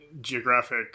geographic